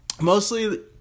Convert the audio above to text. Mostly